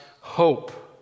hope